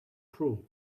through